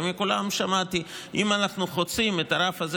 ומכולם שמעתי: אם אנחנו חוצים את הרף הזה